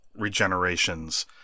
regenerations